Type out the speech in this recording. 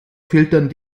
filtern